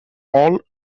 all